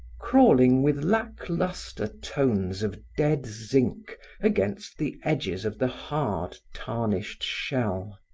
crawling with lack-lustre tones of dead zinc against the edges of the hard, tarnished shell.